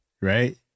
Right